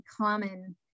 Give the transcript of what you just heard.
common